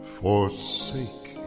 forsake